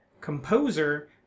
composer